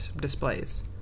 displays